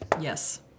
Yes